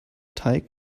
teig